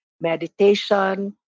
meditation